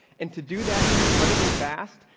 and to do that incredibly fast,